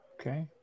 okay